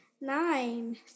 Nine